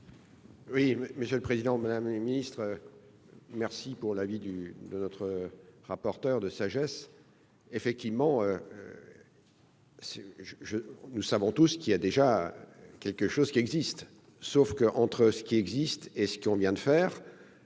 Oui, monsieur le Président, Madame la Ministre. Oui. Merci pour la vie du de notre rapporteur de sagesse effectivement. C'est je, je, nous savons tous ce qu'il a déjà quelque chose qui existe, sauf que, entre ce qui existe et ce qu'on vient de faire,